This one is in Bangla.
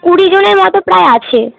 কুড়িজনের মতো প্রায় আছে